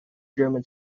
german